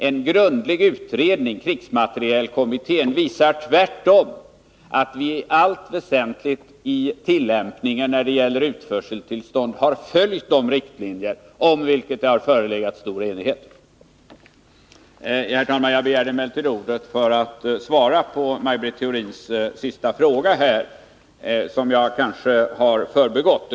En grundlig utredning, gjord av krigsmaterielkommittén, visar tvärtom att vi när det gäller utförseltillstånd i allt väsentligt har följt de riktlinjer om vilka det har förelegat stor enighet. Herr talman! Jag begärde emellertid ordet för att svara på Maj Britt Theorins sista fråga, som jag kanske har förbigått.